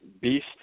beast